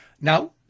Now